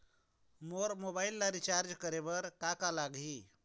मोर mobile ला recharge करे बर का का लगही?